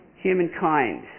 Humankind